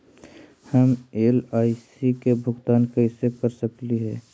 हम एल.आई.सी के भुगतान कैसे कर सकली हे?